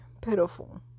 pitiful